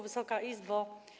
Wysoka Izbo!